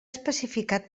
especificat